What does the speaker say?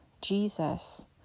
Jesus